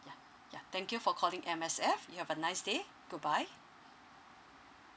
ya ya thank you for calling M_S_F you have a nice day goodbye